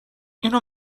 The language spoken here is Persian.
اینو